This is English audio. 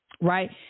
Right